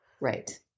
Right